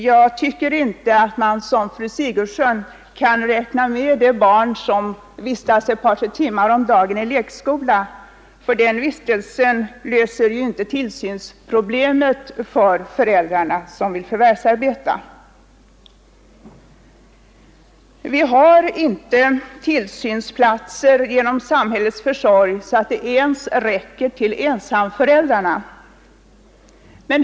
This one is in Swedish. Jag tycker inte att man som fru Onsdagen den Sigurdsen gör kan räkna in de barn som vistas ett par tre timmar om 22 mars 1972 dagen i lekskola, eftersom den vistelsen inte löser tillsynsproblemet för ensam föräldrarna.